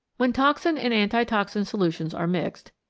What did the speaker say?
when toxin and antitoxin solutions are mixed,